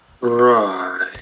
Right